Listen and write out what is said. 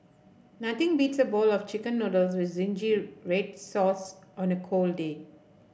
nothing beats a bowl of chicken noodles with zingy red sauce on a cold day